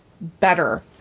better